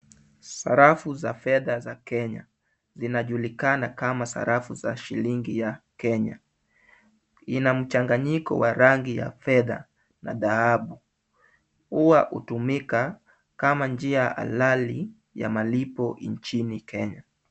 Sarafu za fedha za Kenya, zinajulikana kama sarafu za shilingi ya Kenya. Ina mchanganyiko wa rangi ya fedha na dhahabu. Huwa hutumika kama njia halali ya malipo nchini Kenya.